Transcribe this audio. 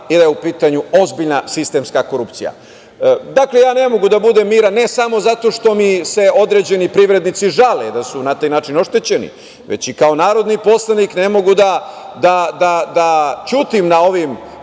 je u pitanju ozbiljna sistemska korupcija. Ja ne mogu da budem miran, ne samo zato što mi se određeni privrednici žale da su na taj način oštećeni, već i kao narodni poslanik, ne mogu da ćutim na ovim